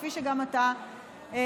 כפי שגם אתה ציינת.